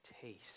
taste